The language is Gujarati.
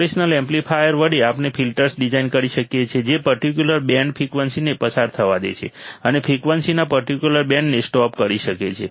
ઓપરેશનલ એમ્પ્લીફાયર વડે આપણે ફિલ્ટર્સ ડિઝાઇન કરી શકીએ છીએ જે પર્ટિક્યુલર બેન્ડ ફ્રિકવન્સીને પસાર થવા દે છે અને ફ્રિકવન્સીના પર્ટિક્યુલર બેન્ડને સ્ટોપ કરી શકે છે